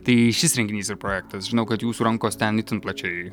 tai šis renginys ir projektas žinau kad jūsų rankos ten itin plačiai